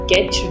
Get